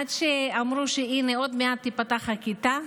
עד שאמרו שהינה, עוד מעט תיפתח הכיתה,